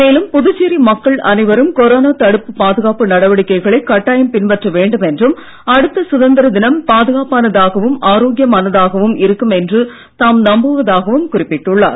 மேலும் புதுச்சேரி மக்கள் அனைவரும் கொரோனா தடுப்பு பாதுகாப்பு நடவடிக்கைகளை கட்டாயம் பின்பற்ற வேண்டும் என்றும் அடுத்த சுதந்திர தினம் பாதுகாப்பானதாகவும் ஆரோக்கியமானதாகவும் இருக்கும் என்று தாம் நம்புவதாகவும் குறிப்பிட்டுள்ளார்